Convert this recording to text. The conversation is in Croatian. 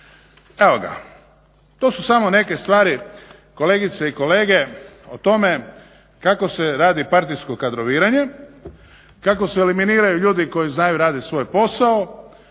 Evo ga to su samo neke stvari kolegice i kolege o tome kako se radi partijsko kadroviranje, kako se eliminiraju ljudi koji znaju raditi svoj posao.